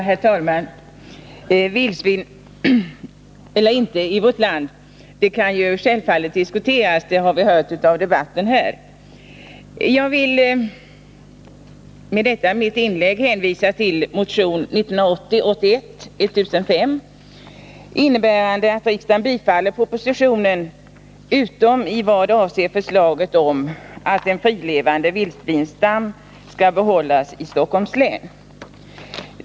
Herr talman! Vildsvin eller inte i vårt land — det kan självfallet diskuteras. Det har vi hört av debatten här. Jag villi detta mitt inlägg hänvisa till motion 1980/81:1005, innebärande att riksdagen skall bifalla propositionen utom i vad avser förslaget om att en frilevande vildsvinsstam skall bibehållas i Stockholms län.